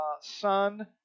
son